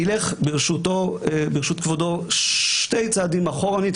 אני אלך ברשות כבודו שני צעדים אחורנית,